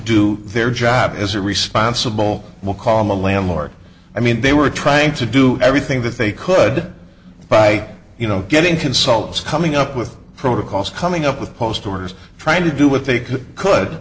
do their job as a responsible well karma landmark i mean they were trying to do everything that they could by you know getting consults coming up with protocols coming up with postal workers trying to do what they could